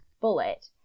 bullet